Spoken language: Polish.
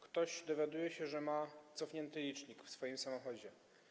Ktoś dowiaduje się, że ma cofnięty licznik w swoim samochodzie.